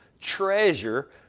treasure